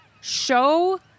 show